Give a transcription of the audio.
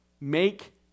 make